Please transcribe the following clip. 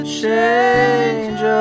change